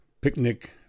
Picnic